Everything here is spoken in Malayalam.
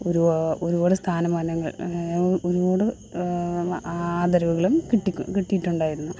ഒരുപാ ഒരുപാട് സ്ഥാനമാനങ്ങൾ ഒരുപാട് ആദരവുകളും കിട്ടികൊ കിട്ടിയിട്ടുണ്ടായിരുന്നു